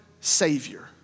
Savior